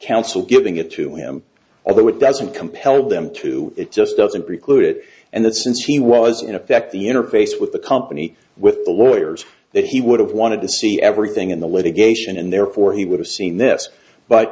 counsel giving it to him although it doesn't compel them to it just doesn't preclude it and that since he was in effect the interface with the company with the lawyers that he would have wanted to see everything in the litigation and therefore he would have seen this but